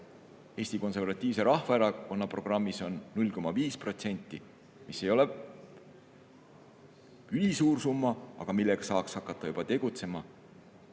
Eesti Konservatiivse Rahvaerakonna programmis on 0,5%, mis ei ole ülisuur summa, aga millega saaks hakata juba tegutsema.